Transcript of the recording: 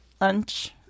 lunch